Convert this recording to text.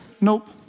nope